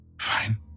Fine